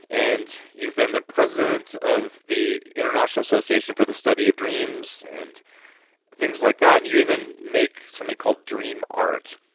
and you've been the president of the international association for the study of dreams, and things like that. and you even make something called dream art.